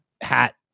hat